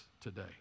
today